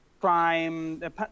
crime